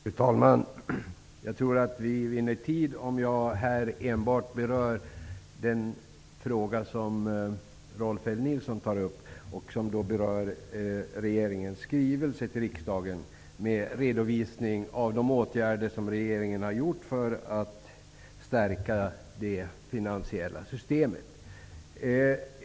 Fru talman! Jag tror att vi vinner tid om jag enbart berör den fråga som Rolf L Nilson tar upp om regeringens skrivelse till riksdagen med redovisning av de åtgärder som regeringen har vidtagit för att stärka det finansiella systemet.